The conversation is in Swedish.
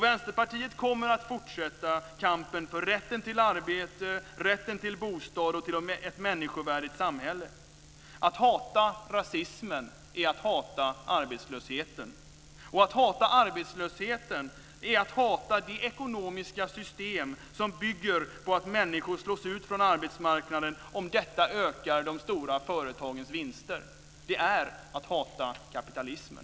Vänsterpartiet kommer att fortsätta kampen för rätten till arbete, rätten till bostad och rätten till ett människovärdigt samhälle. Att hata rasismen är att hata arbetslösheten. Och att hata arbetslösheten är att hata det ekonomiska system som bygger på att människor slås ut från arbetsmarknaden om detta ökar de stora företagens vinster. Det är att hata kapitalismen.